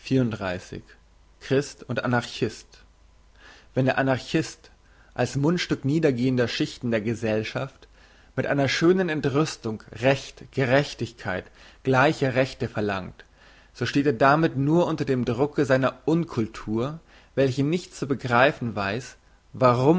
christ und anarchist wenn der anarchist als mundstück niedergehender schichten der gesellschaft mit einer schönen entrüstung recht gerechtigkeit gleiche rechte verlangt so steht er damit nur unter dem drucke seiner unkultur welche nicht zu begreifen weiss